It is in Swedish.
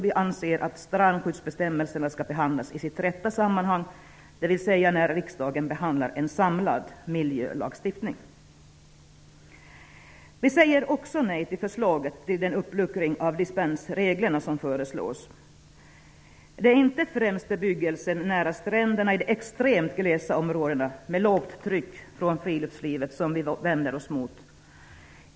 Vi anser att strandskyddsbestämmelserna skall behandlas i sitt rätta sammanhang, dvs. när riksdagen skall ta ställning till en samlad miljölagstiftning. Vi säger också nej till det förslag om en uppluckring av dispensreglerna som föreslås. Det är inte främst bebyggelse nära stränderna i de extremt glesbebyggda områdena med lågt tryck från friluftslivet som vi vänder oss mot.